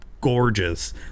gorgeous